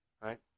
Right